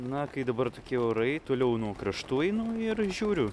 na kai dabar tokie orai toliau nuo kraštų einu ir žiūriu